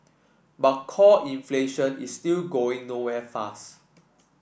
but core inflation is still going nowhere fast